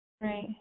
Right